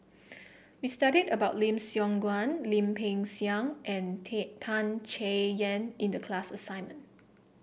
we studied about Lim Siong Guan Lim Peng Siang and Tan Chay Yan in the class assignment